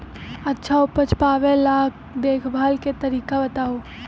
अच्छा उपज पावेला देखभाल के तरीका बताऊ?